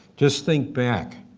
just think back,